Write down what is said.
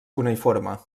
cuneïforme